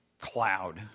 cloud